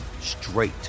straight